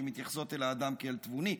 שמתייחסות אל האדם כאל תבוני,